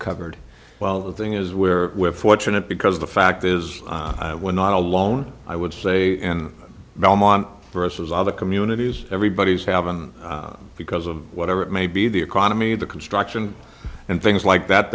covered well the thing is we're fortunate because the fact is we're not alone i would say in belmont versus other communities everybody's have been because of whatever it may be the economy the construction and things like that